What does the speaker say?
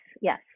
yes